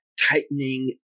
tightening